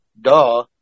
Duh